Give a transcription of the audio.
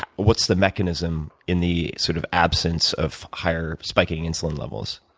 what's the mechanism in the sort of absence of higher-spiking insulin levels